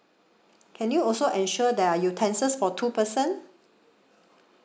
can you also ensure there are utensils for two person